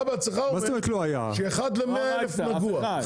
אתה בעצמך אמרת ש- 1 ל- 100 אלף נגוע.